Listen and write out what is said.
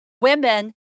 Women